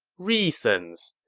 reasons.